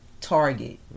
target